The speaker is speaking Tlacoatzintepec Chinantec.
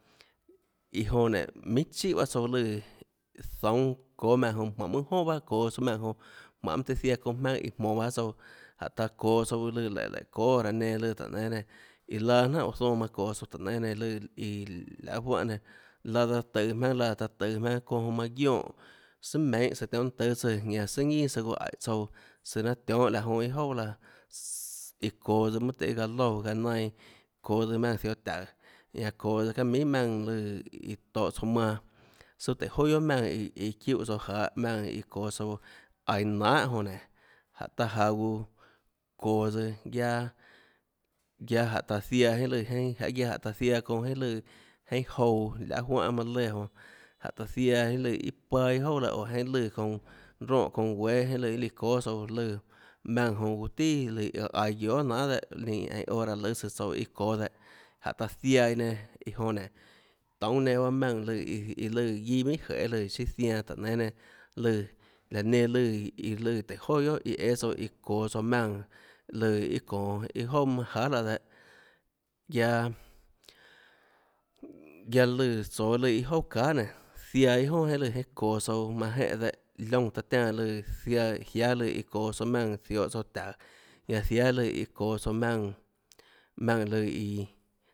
Iã jonã nénã minhà chíhà bahâ tsouã lùã zoúnâ çóâ maùnã jmánhå mønâ joà bahâ çoå mánhå mønâ tøhê ziaã çounã jmaønâ iã jmonå baâ tsouã jáhå taã çoå tsouã lùã lùã léhå léhå çóâ raã nenã lùã táhå nénâ nenã iã laã jnánhà uã zoã çoå tsouã táhå nénâ nenã lùã iã laê juánhã nenã laã daã tøå jmaønâ laã laã taâ tøå jmaønâ çounã jonã manã guionè sùà meinhâ søã tionhâ niunà tùâ søã ñanã sùà ñinà søã guã aíhå tsouã søã nanâ tionhâ laã jonã iâ jouà laã ssss iã çoå tsøã mønâ tøhê gaã loúã gaã nainã çoå tsøã maùnã ziohå taùå ñanã çoå tsøã çaâ minhà maùnã lùã iã tohå tsouã manã suâ tùhå joà guiohà maùnã iã çiúhã tsouã jahå maùnã iã çoå tsouã aiå nanhà jonã nénå jánhå taã jaå guã çoå tsøã guiaâ guiaâ jánhå taã ziaã jeinhâ lùã jeinhâ guiaâ jánhå taã ziaã çounã jeinhâ lùã jeinhâ jouã laê juánhã manã léã jonã jánhå taã ziaã jeinhâ lùã iâ paâ iâ jouà laã oå jeinhâ lùã çounã roè çounã guéâ jeinhâ lùã iâ líã çóâ tsouã lùã maùnã jonã guã tià lùã aiå guiohà nanhà dehâ ninâ einã hora lùâ tsùã tsouã çóâ dehâ jánhå taã ziaã iã nenã iã jonã nénå toúnâ nenãbhaâ maùnã lùã iã lù guiâ minhà jeêlùã zianã táhå nénâ nénã lùã løã nenã lùã iã lùã tùhå joà guiohà iã õâ tsouã iã çoå tsouã maùnã lùã iâ çonå iâ jouà manâjahà laã dehâ guiaâ guiaâ lùã tsoå lùã iâ jouà çahà nénå ziaã iâ jonà jeinhâ çoå tsouã manã jenè dehâ liónã taã tiánã lùã ziaã jiáâ lùã çoå tsouã maùnã ziohå tsouã taùå ñanã jiáâ lùã çoå tsouã maùnã maùnã lùã iã